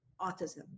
autism